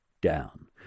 down